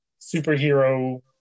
superhero